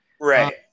Right